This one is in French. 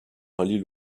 rallie